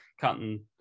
cutting